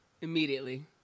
immediately